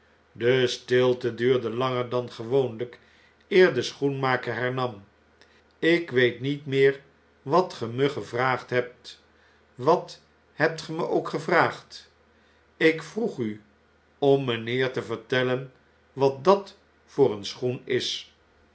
de stilte duurde langer dan gewoonlh'k eer de schoenmaker hernam ik weet niet meer wat ge me gevraagd hebt wat hebt ge me ook gevraagd lk vroeg u ommpheertevertellen watdat voor een schoen is